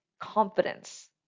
confidence